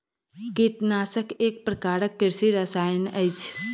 कीटनाशक एक प्रकारक कृषि रसायन अछि